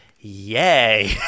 Yay